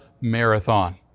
Marathon